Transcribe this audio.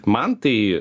man tai